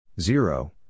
Zero